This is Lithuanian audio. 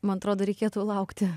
man atrodo reikėtų laukti